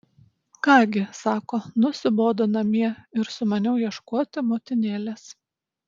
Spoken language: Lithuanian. ką gi sako nusibodo namie ir sumaniau ieškoti motinėlės